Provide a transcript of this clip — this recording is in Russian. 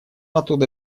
оттуда